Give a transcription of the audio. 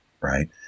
right